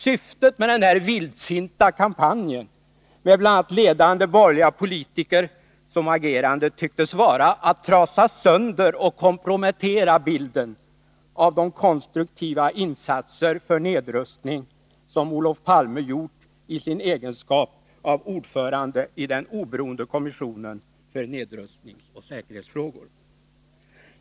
Syftet med den vildsinta kampanjen med bl.a. ledande borgerliga politiker som agerande tycktes vara att trasa sönder och kompromettera bilden av de konstruktiva insatser för nedrustning som Olof Palme gjort i sin egenskap av ordförande i den oberoende kommissionen för nedrustning och säkerhetsfrågor.